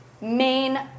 main